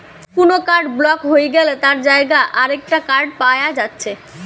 কুনো card block হই গ্যালে তার জাগায় আরেকটা কার্ড পায়া যাচ্ছে